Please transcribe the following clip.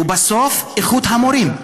ובסוף, איכות המורים.